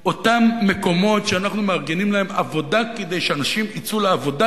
אותם מקומות שאנחנו מארגנים להם עבודה כדי שאנשים יצאו לעבודה,